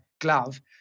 glove